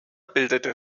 bildete